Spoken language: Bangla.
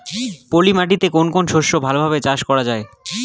পলি মাটিতে কোন কোন শস্য ভালোভাবে চাষ করা য়ায়?